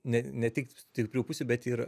ne ne tik stiprių pusių bet ir